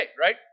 right